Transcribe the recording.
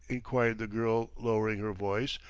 inquired the girl, lowering her voice,